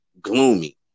gloomy